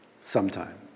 Sometime